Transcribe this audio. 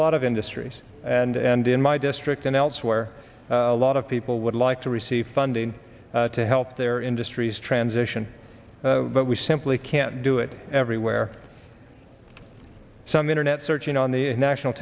lot of industries and in my district and elsewhere a lot of people would like to receive funding to help their industries transition but we simply can't do it everywhere some internet searching on the national